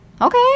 okay